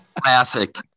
Classic